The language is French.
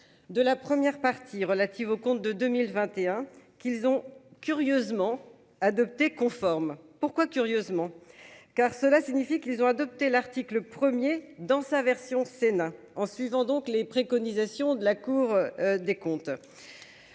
de la première partie relative aux comptes de 2021, qu'ils ont curieusement adopté conforme, pourquoi curieusement car cela signifie qu'ils ont adopté l'article 1er dans sa version Sénat en suivant, donc les préconisations de la Cour des comptes,